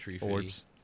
orbs